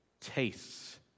tastes